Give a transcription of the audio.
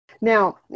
Now